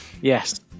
Yes